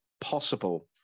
possible